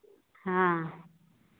हाँ